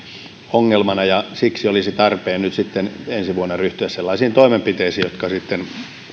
ongelmana ja siksi olisi tarpeen nyt sitten ensi vuonna ryhtyä sellaisiin toimenpiteisiin jotka